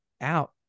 out